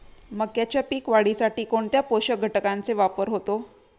मक्याच्या पीक वाढीसाठी कोणत्या पोषक घटकांचे वापर होतो?